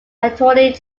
attorney